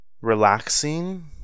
relaxing